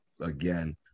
again